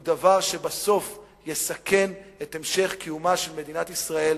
הוא דבר שבסוף יסכן את המשך קיומה של מדינת ישראל